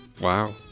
Wow